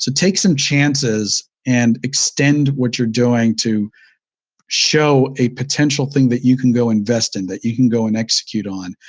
take some chances and extend what you're doing to show a potential thing that you can go invest in, that you can go and execute on.